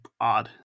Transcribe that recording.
odd